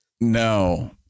no